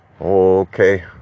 okay